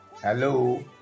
hello